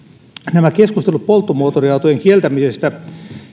nämä keskustelut polttomoottoriautojen kieltämisestä